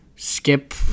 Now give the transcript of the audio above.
Skip